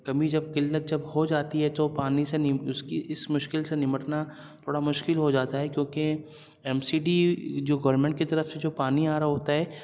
کمی جب قلت جب ہو جاتی ہے جو پانی سے اس کی اس مشکل سے نمٹنا تھوڑا مشکل ہو جاتا ہے کیونکہ ایم سی ڈی جو گورمنٹ کی طرف سے جو پانی آ رہا ہوتا ہے